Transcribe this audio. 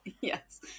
yes